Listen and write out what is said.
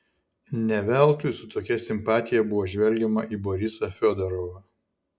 ne veltui su tokia simpatija buvo žvelgiama į borisą fiodorovą